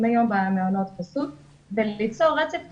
היום במעונות חסות וליצור רצף טיפולי,